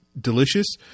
Delicious